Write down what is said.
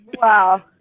wow